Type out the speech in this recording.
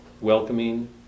welcoming